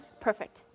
Perfect